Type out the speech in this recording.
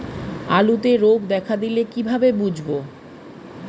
আলুতে রোগ দেখা দিলে কিভাবে বুঝবো?